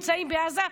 נמצאים בעזה.